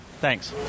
Thanks